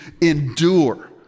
endure